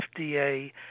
FDA